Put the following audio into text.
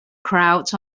crowds